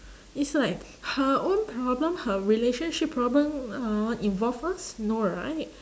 is like her own problem her relationship problem hor involve us no right